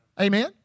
Amen